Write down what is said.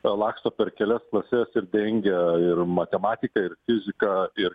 laksto per kelias klases ir dengia ir matematikąir fiziką ir